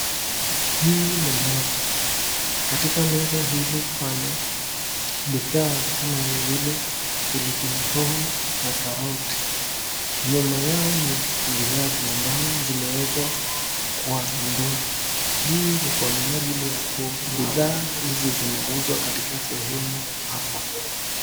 Hii ni meza, katika meza hili bana bidhaa kama vile pilipli hoho na karoti nyuma yao ni viazi ambazo zimewekwa kwa ndoo, hii ni kwa minajili ya kuwa bidhaa Hizi Zinauzwa katika sehemu hapa.